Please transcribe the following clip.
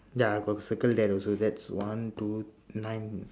ya I got circle that also that's one two nine